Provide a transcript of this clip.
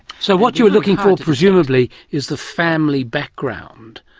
so what you're looking for presumably is the family background,